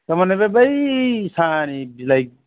थारमाने बे बै साहानि बिलाइ